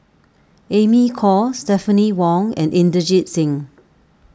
Amy Khor Stephanie Wong and Inderjit Singh